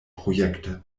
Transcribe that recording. projekte